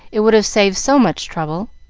it would have saved so much trouble.